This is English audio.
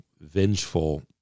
vengeful